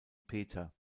peter